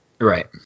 Right